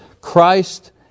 Christ